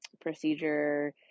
procedure